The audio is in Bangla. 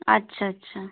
আচ্ছা আচ্ছা